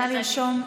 נא לרשום: